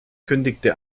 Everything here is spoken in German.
kündigte